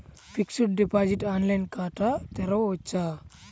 Fixed deposit online ఖాతా తెరువవచ్చా?